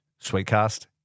Sweetcast